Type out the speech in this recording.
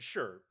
Sure